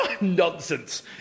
Nonsense